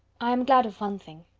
i am glad of one thing,